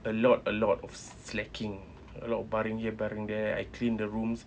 a lot a lot of slacking a lot of baring here baring there I clean the rooms